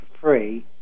free